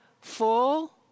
full